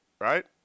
right